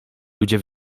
ludzie